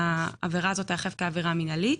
העבירה הזאת תאכף כעבירה מנהלית